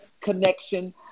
connection